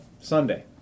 Sunday